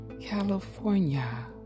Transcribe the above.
California